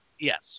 yes